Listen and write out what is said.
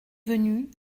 venu